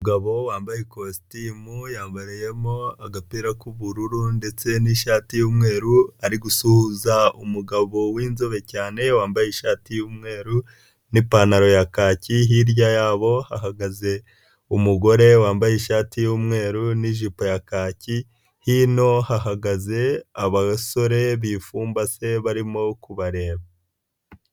Umugabo wambaye ikositimu yambariyemo agapira k'ubururu ndetse n'ishati yumweru, ari gusuhuza umugabo w'inzobe cyane wambaye ishati y'umweru n'ipantaro ya kaki, hirya yabo hagaze umugore wambaye ishati y'umweru n'ijipo ya kaki, hino hahagaze abasore bipfumbase barimo kubareba.